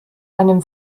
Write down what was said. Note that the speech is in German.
einem